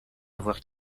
avoir